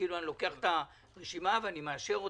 שאני לוקח את הרשימה ומאשר אותה.